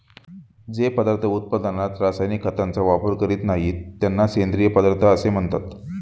जे पदार्थ उत्पादनात रासायनिक खतांचा वापर करीत नाहीत, त्यांना सेंद्रिय पदार्थ असे म्हणतात